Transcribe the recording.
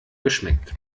geschmeckt